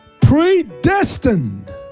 predestined